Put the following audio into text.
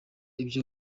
ibyo